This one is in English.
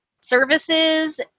services